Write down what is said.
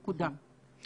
נקודה.